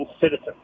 citizens